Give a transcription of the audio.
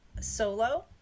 solo